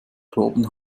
torben